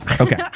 Okay